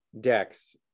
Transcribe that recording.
decks